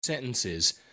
Sentences